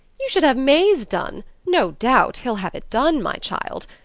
you should have may's done no doubt he'll have it done, my child.